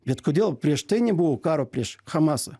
bet kodėl prieš tai nebuvo karo prieš hamasą